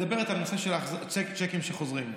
מדברת על הנושא של צ'קים שחוזרים.